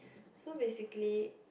so basically